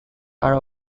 are